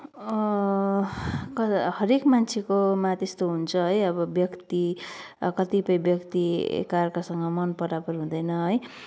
हर एक मान्छेकोमा त्यस्तो हुन्छ है अब व्यक्ति कतिपय व्यक्ति एक अर्कासँग मन परापर हुँदैन है